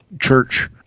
church